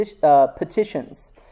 petitions